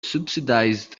subsidized